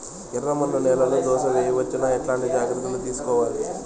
ఎర్రమన్ను నేలలో దోస వేయవచ్చునా? ఎట్లాంటి జాగ్రత్త లు తీసుకోవాలి?